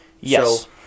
Yes